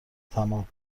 تمام